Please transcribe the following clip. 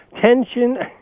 Tension